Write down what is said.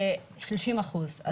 זה שלושים אחוז.